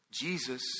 Jesus